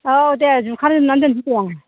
औ दे जुखा जोबना दोनसै दे आं